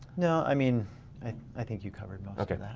no, i mean i think you covered most